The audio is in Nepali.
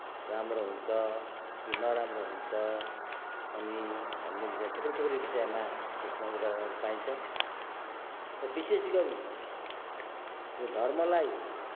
राम्रो हुन्छ कि नराम्रो हुन्छ अनि भन्ने विषय थुप्रै थुप्रै विषयमा यसमा उदाहरणहरू पाइन्छ र विशेष गरी यो धर्मलाई